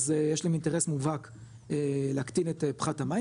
אז יש להם אינטרס מובהק להקטין את פחת המים